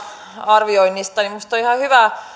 arvioinnista niin minusta on ihan hyvä